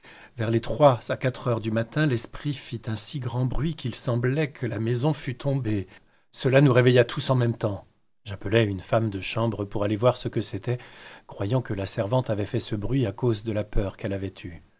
vers les trois à quatre heures du matin l'esprit fit un si grand bruit qu'il semblait que la maison fût tombée cela nous réveilla tous en même tems j'appelai une femme de chambre pour aller voir ce que c'était croyant que la servante avait fait ce bruit à cause de la peur qu'elle avait eue